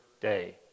day